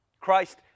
Christ